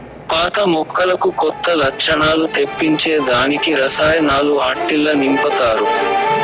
పాత మొక్కలకు కొత్త లచ్చణాలు తెప్పించే దానికి రసాయనాలు ఆట్టిల్ల నింపతారు